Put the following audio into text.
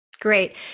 Great